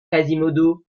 quasimodo